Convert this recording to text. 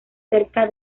cerca